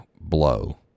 blow